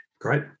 Great